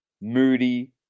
Moody